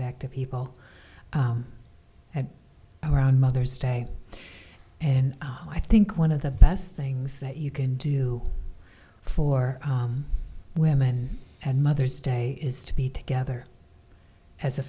back to people at around mother's day and i think one of the best things that you can do for women and mother's day is to be together as a